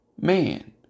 man